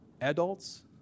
adults